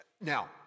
Now